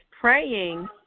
praying